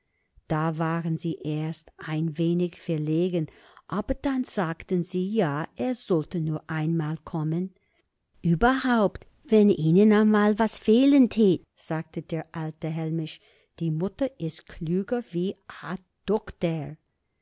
da waren sie erst ein wenig verlegen aber dann sagten sie ja er solle nur einmal kommen überhaupt wenn ihn'n amal was fehlen tät sagte der alte hellmich die mutter is klüger wie a dukter